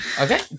okay